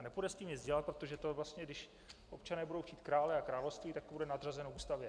Nepůjde s tím nic dělat, protože to vlastně když občané budou chtít krále a království, tak to bude nadřazeno Ústavě.